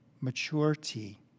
maturity